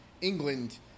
England